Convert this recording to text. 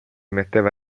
metteva